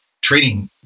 trading